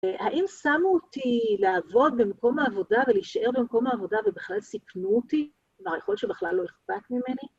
האם שמו אותי לעבוד במקום העבודה ולהישאר במקום העבודה ובכלל סיבנו אותי? כלומר יכול שבכלל לא אכפת ממני?